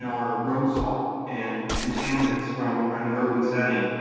are road salt and contaminants from an urban setting,